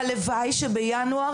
הלוואי שבינואר,